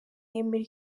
yemera